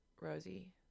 rosie